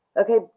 Okay